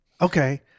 Okay